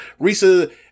Risa